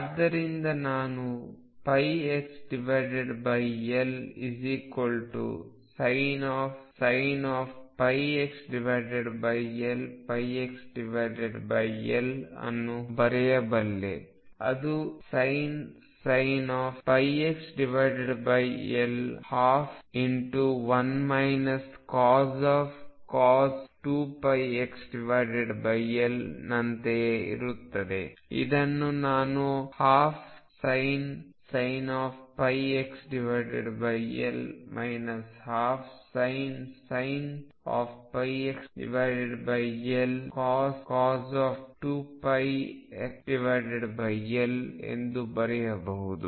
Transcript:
ಆದ್ದರಿಂದ ನಾನು πxL sin πxL πxL ಅನ್ನು ಬರೆಯಬಲ್ಲೆ ಅದುsin πxL 121 cos 2πxL ನಂತೆಯೇ ಇರುತ್ತದೆ ಇದನ್ನು ನಾನು 12sin πxL 12sin πxL cos 2πxL ಎಂದು ಬರೆಯಬಹುದು